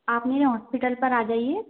आप मेरे हॉस्पिटल पर आ जाइए